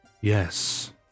Yes